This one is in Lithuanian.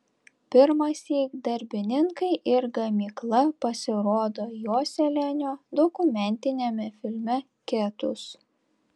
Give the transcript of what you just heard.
pirmąsyk darbininkai ir gamykla pasirodo joselianio dokumentiniame filme ketus